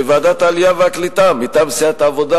בוועדת העלייה והקליטה מטעם סיעת העבודה,